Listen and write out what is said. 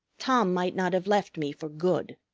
tom might not have left me for good.